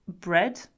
bread